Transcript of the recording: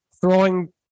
throwing